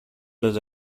los